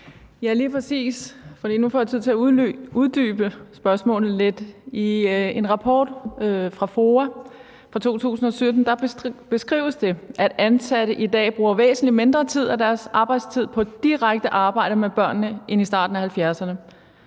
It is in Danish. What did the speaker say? nu får jeg tid til at uddybe spørgsmålet lidt. I en rapport fra FOA fra 2017 beskrives det, at ansatte i dag bruger væsentlig mindre tid af deres arbejdstid på det direkte arbejde med børnene end i starten af 1970'erne,